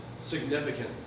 significant